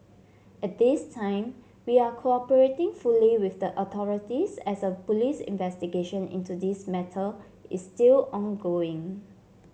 at this time we are cooperating fully with the authorities as a police investigation into this matter is still ongoing